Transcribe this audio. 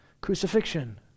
crucifixion